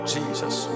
Jesus